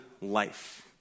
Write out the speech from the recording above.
life